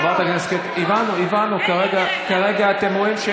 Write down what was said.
אז הינה, בבקשה, בכמה זמן דחו את זה?